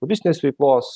lobistinės veiklos